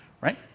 right